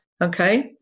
okay